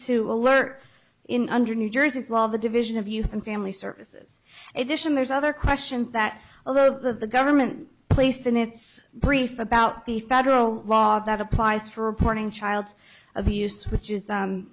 to alert in under new jersey's law the division of youth and family services edition there's other questions that although the government placed in its brief about the federal law that applies for reporting child abuse which is